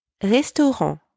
restaurant